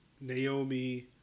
Naomi